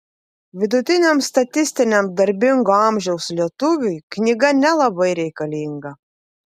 vidutiniam statistiniam darbingo amžiaus lietuviui knyga nelabai reikalinga